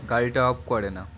গাড়িটা অফ করে না